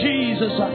Jesus